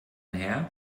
herr